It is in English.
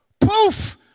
Poof